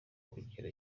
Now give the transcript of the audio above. kugera